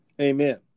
Amen